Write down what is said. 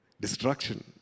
destruction